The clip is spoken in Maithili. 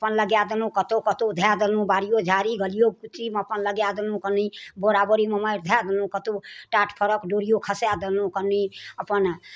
अपन लगाए देलहुॅं कतौ कतौ धए देलहुॅं बाड़ियो झाड़ी गलियो कुच्चीमे अपन लगाए देलहुॅं कनि बोरा बोरीमे माइट धए देलहुॅं कतौ टाट फड़क डोरियो खसाए देलहुॅं कनि अपन